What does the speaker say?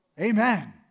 Amen